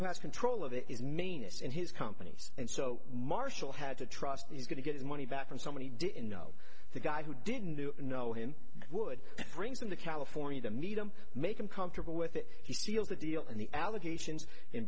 who has control of it is manus and his companies and so marshall had to trust is going to get his money back from somebody didn't know the guy who didn't know him would bring them to california to meet him make him comfortable with it he seals the deal and the allegations in